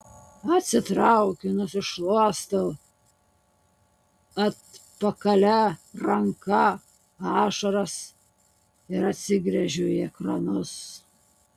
atsitraukiu nusišluostau atpakalia ranka ašaras ir atsigręžiu į ekranus